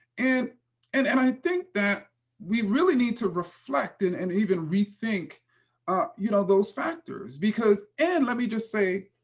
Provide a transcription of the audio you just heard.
and and and i think that we really need to reflect and and even rethink ah you know those factors. and let me just say